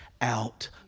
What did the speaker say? out